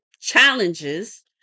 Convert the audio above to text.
challenges